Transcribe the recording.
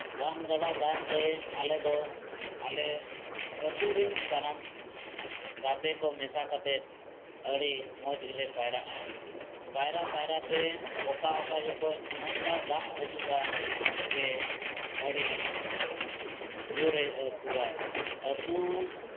ᱵᱟᱱ ᱜᱟᱰᱟ ᱫᱟᱜᱨᱮ ᱟᱞᱮᱫᱚ ᱟᱞᱮ ᱟᱹᱛᱩᱨᱮᱱ ᱥᱟᱱᱟᱢ ᱜᱟᱛᱮᱠᱚ ᱢᱮᱥᱟ ᱠᱟᱛᱮᱫ ᱟᱹᱰᱤ ᱢᱚᱡᱽ ᱜᱮᱞᱮ ᱯᱟᱭᱨᱟᱜᱼᱟ ᱯᱟᱭᱨᱟ ᱯᱟᱭᱨᱟᱛᱮ ᱚᱠᱟᱼᱚᱠᱟ ᱡᱚᱠᱷᱚᱡ ᱱᱚᱝᱠᱟ ᱫᱟᱜ ᱦᱤᱡᱩᱜᱼᱟ ᱡᱮ ᱟᱹᱰᱤ ᱡᱳᱨᱮ ᱟᱹᱛᱩᱣᱟᱭ ᱟᱹᱛᱩ